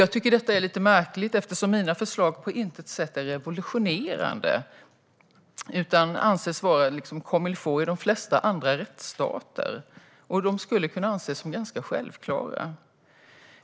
Jag tycker att detta är lite märkligt, eftersom mina förslag på intet sätt är revolutionerande, utan anses vara comme il faut i de flesta andra rättsstater. De skulle kunna anses som ganska självklara.